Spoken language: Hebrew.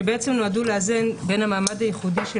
שנועדו לאזן בין המעמד הייחודי של